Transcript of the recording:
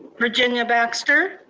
virginia baxter?